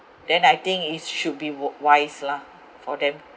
then I think it should be wise lah for them